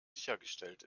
sichergestellt